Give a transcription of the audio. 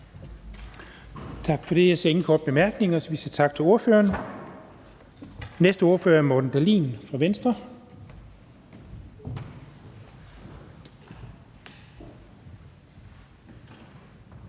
Jeg ser ikke nogen til korte bemærkninger, så vi siger tak til ordføreren. Den næste ordfører er Morten Dahlin fra Venstre.